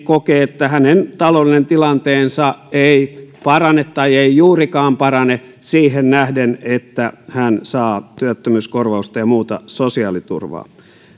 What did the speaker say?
kokee että hänen taloudellinen tilanteensa ei parane tai ei juurikaan parane siihen nähden että hän saa työttömyyskorvausta ja muuta sosiaaliturvaa